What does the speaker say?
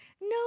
No